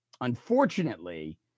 unfortunately